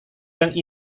yang